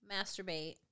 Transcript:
masturbate